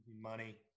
money